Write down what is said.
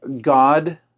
God